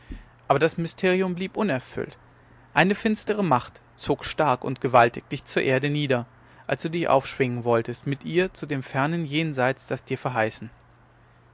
aber das mysterium blieb unerfüllt eine finstre macht zog stark und gewaltig dich zur erde nieder als du dich aufschwingen wolltest mit ihr zu dem fernen jenseits das dir verheißen